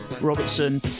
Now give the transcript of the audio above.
Robertson